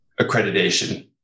accreditation